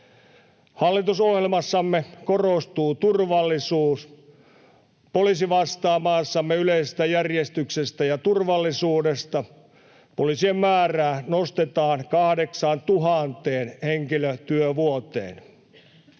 Hallitusohjelmassamme korostuu turvallisuus. Poliisi vastaa maassamme yleisestä järjestyksestä ja turvallisuudesta, poliisien määrää nostetaan 8 000 henkilötyövuoteen.